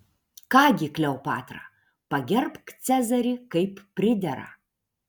ką gi kleopatra pagerbk cezarį kaip pridera